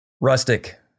Rustic